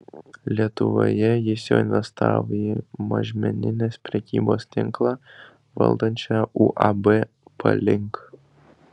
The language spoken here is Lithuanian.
lietuvoje jis jau investavo į mažmeninės prekybos tinklą valdančią uab palink